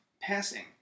passing